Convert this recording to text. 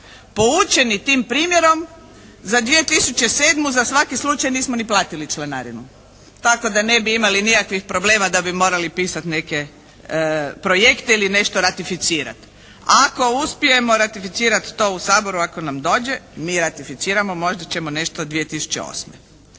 Poučeni tim primjerom za 2007. za svaki slučaj nismo ni platili članarinu, tako da ne bi imali nikakvih problema da bi morali pisati neke projekte ili nešto ratificirati, a ako uspijemo ratificirati to u Saboru, ako nam dođe, mi ratificiramo, možda ćemo nešto od 2008.